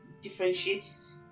differentiates